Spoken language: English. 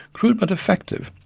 crude but effective,